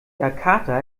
jakarta